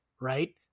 right